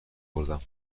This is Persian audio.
اوردم